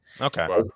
Okay